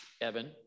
Evan